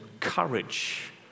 courage